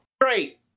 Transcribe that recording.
Great